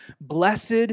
Blessed